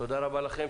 תודה רבה לכם.